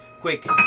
quick